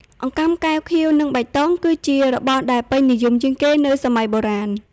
អង្កាំកែវពណ៌ខៀវ និងបៃតង គឺជារបស់ដែលពេញនិយមជាងគេនៅសម័យបុរាណ។